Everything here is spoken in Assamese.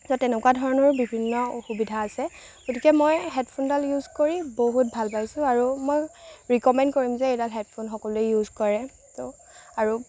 তো তেনেকুৱা ধৰণৰো বিভিন্ন সুবিধা আছে গতিকে মই হেডফোনডাল ইউজ কৰি বহুত ভাল পাইছোঁ আৰু মই ৰিকমেণ্ড কৰিম যে এইডাল হেডফোন সকলোৱে ইউজ কৰে তো আৰু